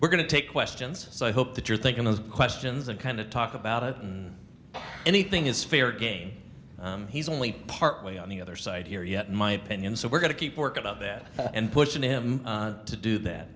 we're going to take questions so i hope that you're thinking those questions and kind of talk about it and anything is fair game he's only partly on the other side here yet my opinion so we're going to keep work about that and pushing him to do that